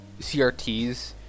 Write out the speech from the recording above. CRTs